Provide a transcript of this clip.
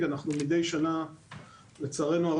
וכל שנה אנחנו נתקלים במקרה או שניים,